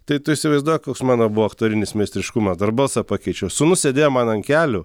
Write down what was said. tai tu įsivaizduoji koks mano buvo aktorinis meistriškumas dar balsą pakeičiau sūnus sėdėjo man ant kelių